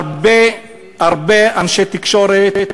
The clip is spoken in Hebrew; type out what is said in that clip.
הרבה הרבה אנשי תקשורת,